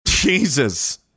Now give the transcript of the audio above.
Jesus